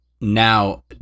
now